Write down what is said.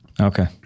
Okay